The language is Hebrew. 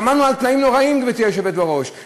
שמענו על תנאים נוראיים, גברתי היושבת בראש,